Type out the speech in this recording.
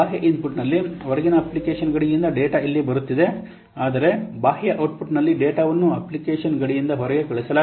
ಬಾಹ್ಯ ಇನ್ಪುಟ್ನಲ್ಲಿ ಹೊರಗಿನ ಅಪ್ಲಿಕೇಶನ್ ಗಡಿಯಿಂದ ಡೇಟಾ ಇಲ್ಲಿ ಬರುತ್ತಿದೆ ಆದರೆ ಬಾಹ್ಯ ಔಟ್ಪುಟ್ನಲ್ಲಿ ಡೇಟಾವನ್ನು ಅಪ್ಲಿಕೇಶನ್ ಗಡಿಯ ಹೊರಗೆ ಕಳುಹಿಸಲಾಗುತ್ತದೆ